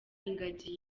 ingagi